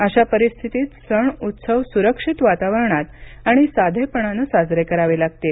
अशा परिस्थितीत सण उत्सव सुरक्षित वातावरणात आणि साधेपणाने साजरे करावे लागतील